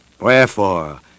Wherefore